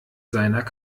seiner